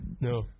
No